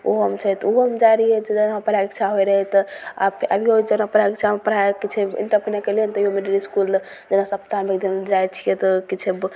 ओहोमे छै तऽ ओहोमे जाइ रहिए तऽ वएहमे पढ़ैके इच्छा होइ रहै तऽ आब अभिओ होइ छै पढ़ैके इच्छा होइ रहै तऽ अभिओ जकरा पढ़ैके इच्छा पढ़ैके छै ओ तऽ अपने मिडिल इसकुल सप्ताहमे एक दिन जाइ छिए तऽ किछु